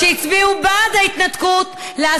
שהצביעו בעד ההתנתקות, הוא פחדן.